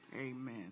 Amen